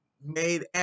made